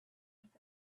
north